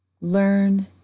Learn